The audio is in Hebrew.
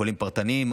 חולים פרטניים,